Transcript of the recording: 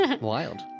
Wild